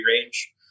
range